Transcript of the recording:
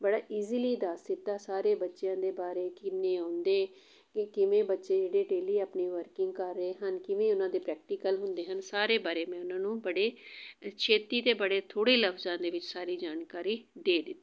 ਬੜਾ ਇਜੀਲੀ ਦੱਸ ਦਿੱਤਾ ਸਾਰੇ ਬੱਚਿਆਂ ਦੇ ਬਾਰੇ ਕਿੰਨੇ ਆਉਂਦੇ ਕਿ ਕਿਵੇਂ ਬੱਚੇ ਜਿਹੜੇ ਡੇਲੀ ਆਪਣੀ ਵਰਕਿੰਗ ਕਰ ਰਹੇ ਹਨ ਕਿਵੇਂ ਉਹਨਾਂ ਦੇ ਪ੍ਰੈਕਟੀਕਲ ਹੁੰਦੇ ਹਨ ਸਾਰੇ ਬਾਰੇ ਮੈਂ ਉਹਨਾਂ ਨੂੰ ਬੜੇ ਛੇਤੀ ਅਤੇ ਬੜੇ ਥੋੜ੍ਹੇ ਲਫਜ਼ਾਂ ਦੇ ਵਿੱਚ ਸਾਰੀ ਜਾਣਕਾਰੀ ਦੇ ਦਿੱਤੀ